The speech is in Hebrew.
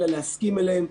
אלא להסכים עליהם,